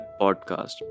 podcast